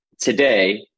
Today